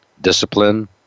discipline